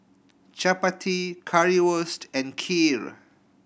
Chapati Currywurst and Kheer